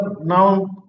now